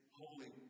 holy